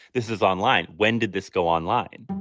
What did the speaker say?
this is online. when did this go online?